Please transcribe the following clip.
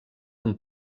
amb